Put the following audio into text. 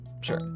sure